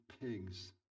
pigs